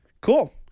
cool